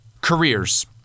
careers